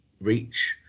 reach